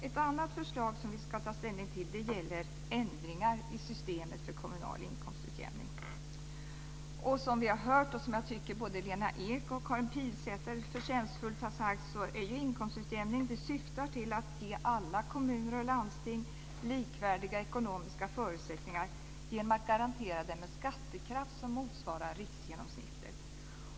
Ett annat förslag som vi ska ta ställning till gäller ändringar i systemet för kommunal inkomstutjämning. Som vi har hört, och som jag tycker att både Lena Ek och Karin Pilsäter förtjänstfullt har sagt, så syftar inkomstsutjämning till att ge alla kommuner och landsting likvärdiga ekonomiska förutsättningar genom att de garanteras en skattekraft som motsvarar riksgenomsnittet.